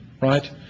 right